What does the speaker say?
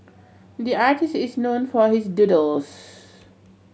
the artist is known for his doodles